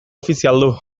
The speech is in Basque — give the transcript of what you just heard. ofizialdu